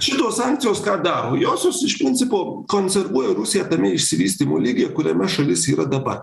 šitos sankcijos ką daro josios iš principo konservuoja rusiją tame išsivystymo lygyje kuriame šalis yra dabar